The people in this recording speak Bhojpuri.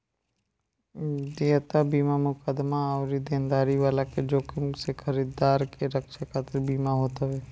देयता बीमा मुकदमा अउरी देनदारी वाला के जोखिम से खरीदार के रक्षा खातिर बीमा होत हवे